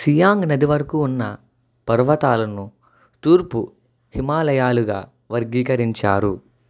సియాంగ్ నది వరకు ఉన్న పర్వతాలను తూర్పు హిమాలయాలుగా వర్గీకరించారు